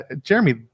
Jeremy